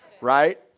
Right